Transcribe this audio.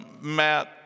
Matt